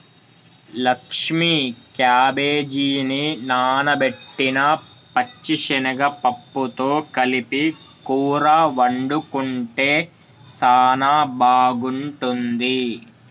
లక్ష్మీ క్యాబేజిని నానబెట్టిన పచ్చిశనగ పప్పుతో కలిపి కూర వండుకుంటే సానా బాగుంటుంది